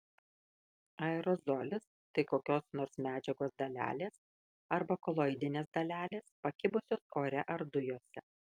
aerozolis tai kokios nors medžiagos dalelės arba koloidinės dalelės pakibusios ore ar dujose